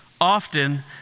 Often